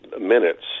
minutes